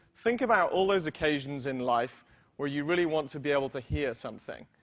think about all those occasions in life where you really want to be able to hear something.